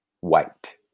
white